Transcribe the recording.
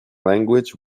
language